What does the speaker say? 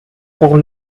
pour